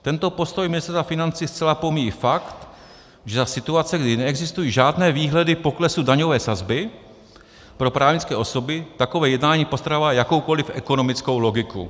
Tento postoj Ministerstva financí zcela pomíjí fakt, že za situace, kdy neexistují žádné výhledy poklesu daňové sazby pro právnické osoby, takové jednání postrádá jakoukoliv ekonomickou logiku.